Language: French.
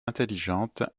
intelligente